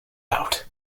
out